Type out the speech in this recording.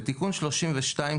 בתיקון 32,